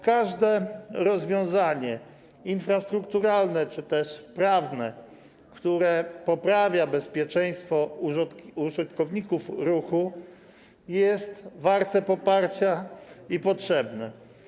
Każde rozwiązanie infrastrukturalne czy też prawne, które poprawia bezpieczeństwo uczestników ruchu, jest warte poparcia i potrzebne.